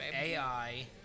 AI